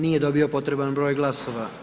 Nije dobio potreban broj glasova.